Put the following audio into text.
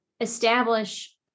establish